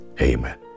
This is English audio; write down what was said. Amen